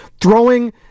throwing